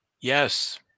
Yes